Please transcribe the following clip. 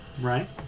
right